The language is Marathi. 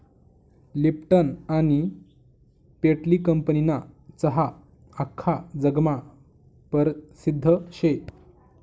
लिप्टन आनी पेटली कंपनीना चहा आख्खा जगमा परसिद्ध शे